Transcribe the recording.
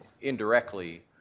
indirectly